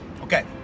Okay